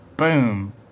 Boom